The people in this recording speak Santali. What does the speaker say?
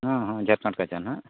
ᱦᱚᱸ ᱦᱚᱸ ᱡᱷᱟᱲᱠᱷᱚᱸᱰ ᱠᱟᱪᱷᱟ ᱱᱟᱦᱟᱜ